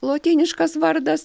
lotyniškas vardas